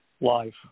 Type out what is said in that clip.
life